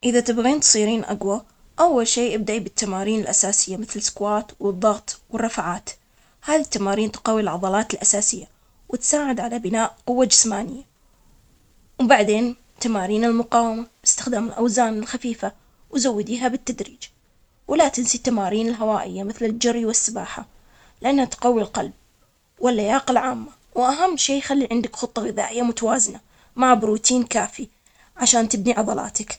إذا يبي يقوي جسمه، ينصح يبدا بتمارين القوة, مثل الضغط, والاسكوات والرفع الميت, ممكن بعد يستخدم الأثقال لتحسين العضلات، يحاول يسوي تمارين مثل الجري, ركوب الدراجة لتحسين لياقته. أهم شيء، يتأكد من التغذية الصحية، يعني ياكل بروتينات وخضار وفواكه.